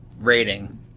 rating